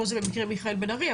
פה זה במקרה מיכאל בן ארי,